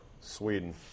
Sweden